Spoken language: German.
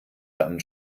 dann